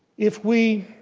if we